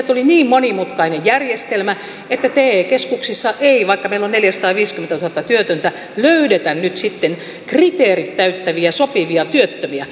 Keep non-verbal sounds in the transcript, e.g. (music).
(unintelligible) tuli niin monimutkainen järjestelmä että te keskuksissa ei vaikka meillä on neljäsataaviisikymmentätuhatta työtöntä löydetä nyt sitten kriteerit täyttäviä sopivia työttömiä (unintelligible)